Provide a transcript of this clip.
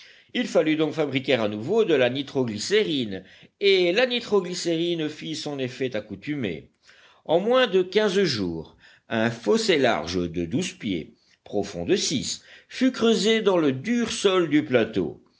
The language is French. il fallut donc fabriquer à nouveau de la nitro glycérine et la nitro glycérine fit son effet accoutumé en moins de quinze jours un fossé large de douze pieds profond de six fut creusé dans le dur sol du plateau